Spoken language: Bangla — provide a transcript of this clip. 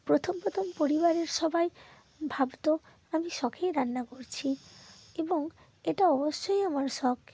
প্রথম প্রথম পরিবারের সবাই ভাবত আমি শখেই রান্না করছি এবং এটা অবশ্যই আমার শখ